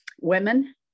women